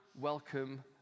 welcome